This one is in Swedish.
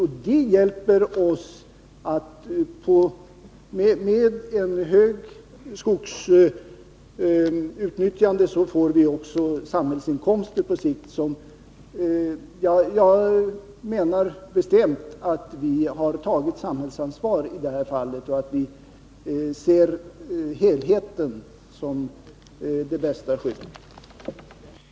Med ett högt skogsutnyttjande får vi också samhällsinkomster på sikt. Jag menar alltså bestämt att vi tagit samhällsansvar i det här fallet, och vi anser att en helhetssyn är det bästa skyddet för samhällsekonomin.